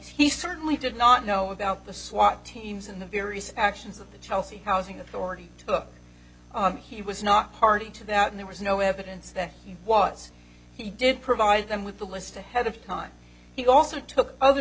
he certainly did not know about the swat teams in the various actions of the chelsea housing authority took he was not party to that and there was no evidence that he was he did provide them with the list ahead of time he also took other